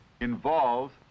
involves